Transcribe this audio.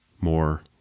more